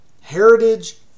heritage